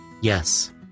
yes